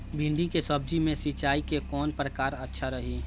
भिंडी के सब्जी मे सिचाई के कौन प्रकार अच्छा रही?